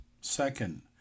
Second